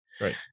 Right